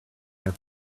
have